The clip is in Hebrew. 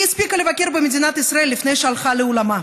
היא הספיקה לבקר במדינת ישראל לפני שהלכה לעולמה.